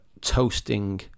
toasting